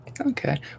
okay